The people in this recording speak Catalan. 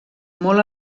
molt